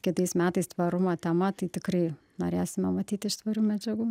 kitais metais tvarumo tema tai tikrai norėsime matyti iš tvarių medžiagų